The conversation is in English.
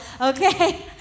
okay